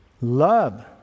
love